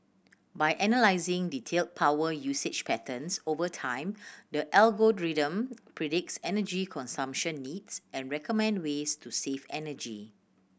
by analysing detailed power usage patterns over time the algorithm predicts energy consumption needs and recommend ways to save energy